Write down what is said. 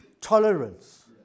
tolerance